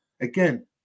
Again